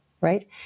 right